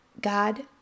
God